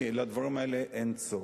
כי לדברים האלה אין סוף.